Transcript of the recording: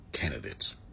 candidates